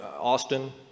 Austin